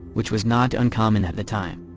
which was not uncommon at the time.